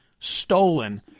stolen